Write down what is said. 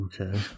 okay